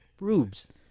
Rubes